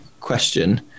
question